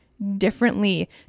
differently